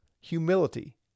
Humility